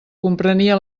comprenia